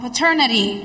Paternity